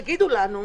תגידו לנו.